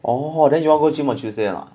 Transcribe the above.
orh then you want go gym on tuesday or not